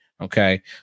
okay